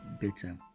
better